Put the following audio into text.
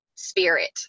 Spirit